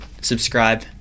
subscribe